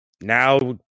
Now